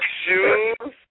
shoes